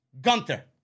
Gunther